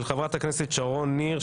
של חברת הכנסת שרון ניר,